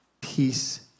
peace